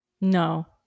No